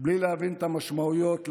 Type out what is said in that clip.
בלי להבין את המשמעויות לעומק,